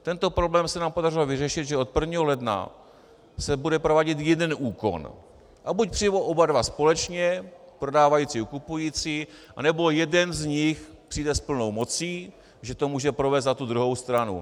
Tento problém se nám podařilo vyřešit, že od 1. ledna se bude provádět jeden úkon, a buď přijdou oba dva společně, prodávající i kupující, anebo jeden z nich přijde s plnou mocí, že to může provést za druhou stranu.